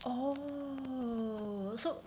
oh so